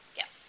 yes